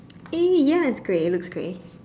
A yes great it looks grey